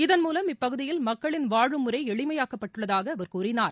இதன் மூலம் இப்பகுதியில் மக்களின் வாழும் முறை எளிமையாக்கப் பட்டுள்ளதாக அவர் கூறினார்